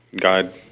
God